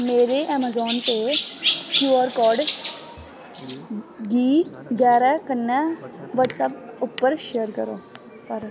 मेरे ऐमाजान पेऽ Q R code गी गारा कन्नै व्हाट्सऐप उप्पर शेयर करो